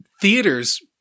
theaters